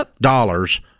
dollars